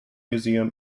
museum